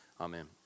amen